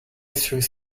through